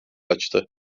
açtı